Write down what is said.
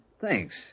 Thanks